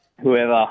whoever